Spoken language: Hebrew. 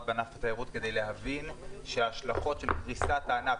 בענף התיירות כדי להבין שההשלכות של קריסת הענף,